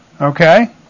Okay